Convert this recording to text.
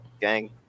Gang